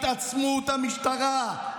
התעצמות המשטרה,